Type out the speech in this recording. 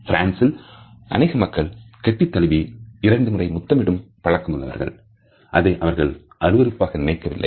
பிரான்ஸில் அனேக மக்கள் கட்டித்தழுவி இரண்டு முறை முத்தமிடும் பழக்கமுள்ளவர்கள் அதை அவர்கள் அருவருப்பாக நினைக்கவில்லை